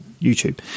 YouTube